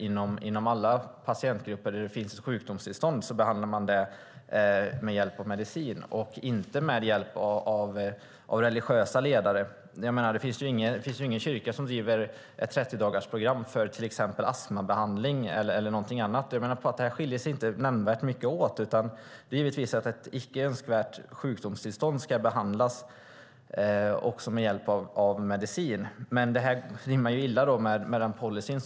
Inom alla patientgrupper där det finns sjukdomstillstånd behandlas de med hjälp av medicin, inte med hjälp av religiösa ledare. Det finns ingen kyrka som driver ett 30-dagarsprogram för exempelvis astmabehandling eller något sådant. Det rimmar illa med den policy man har för ett narkotikafritt samhälle. Det här beroendet skiljer sig inte nämnvärt från andra sjukdomstillstånd. Självfallet ska ett icke-önskvärt sjukdomstillstånd även behandlas med hjälp av medicin.